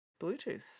Bluetooth